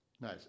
Nice